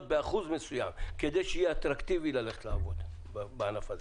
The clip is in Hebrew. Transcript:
באחוז מסוים כדי שיהיה אטרקטיבי לעבוד בענף הזה?